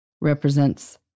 represents